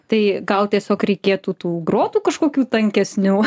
tai gal tiesiog reikėtų tų grotų kažkokių tankesnių